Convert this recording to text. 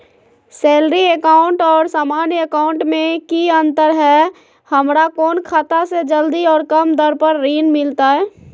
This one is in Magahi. सैलरी अकाउंट और सामान्य अकाउंट मे की अंतर है हमरा कौन खाता से जल्दी और कम दर पर ऋण मिलतय?